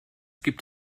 gibt